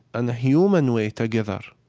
and a human way together,